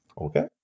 Okay